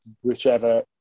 whichever